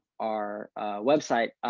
our website.